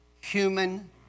human